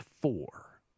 four